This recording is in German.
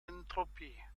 entropie